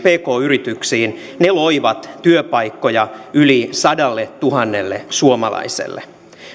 pk yritykset loivat työpaikkoja yli sadalletuhannelle suomalaiselle